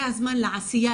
זה הזמן לעשייה,